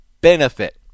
benefit